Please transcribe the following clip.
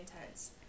intense